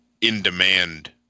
in-demand